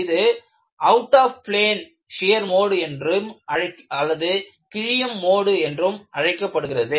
இது out of plane shear mode என்றும் அல்லது கிழியும் மோடு என்றும் அழைக்கப்படுகிறது